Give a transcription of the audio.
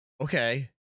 okay